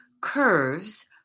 curves